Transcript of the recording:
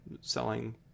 selling